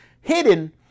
hidden